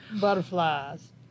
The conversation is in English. butterflies